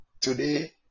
today